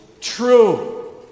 true